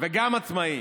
וגם עצמאים.